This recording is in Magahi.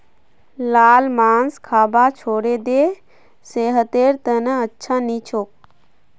लाल मांस खाबा छोड़े दे सेहतेर त न अच्छा नी छोक